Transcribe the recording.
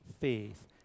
faith